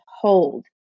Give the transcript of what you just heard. hold